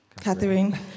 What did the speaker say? Catherine